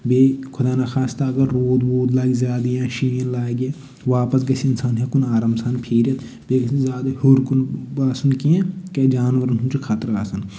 بیٚیہِ خُدا نَخواستہ اگر روٗد ووٗد لاگہِ زیادٕ یا شیٖن لاگہِ واپَس گژھِ اِنسان ہٮ۪کُن آرام سان پھیٖرِتھ بیٚیہِ نہٕ زیادٕ ہیوٚر کُن باسُن کیٚنہہ یِتھ کٔنۍ جانورَن ہُند چھُ خطرٕ آسان